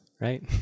right